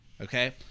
okay